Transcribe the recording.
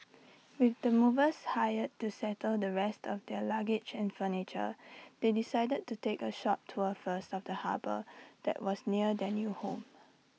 with the movers hired to settle the rest of their luggage and furniture they decided to take A short tour first of the harbour that was near their new home